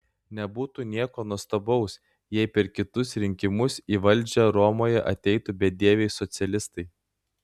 nebūtų nieko nuostabaus jei per kitus rinkimus į valdžią romoje ateitų bedieviai socialistai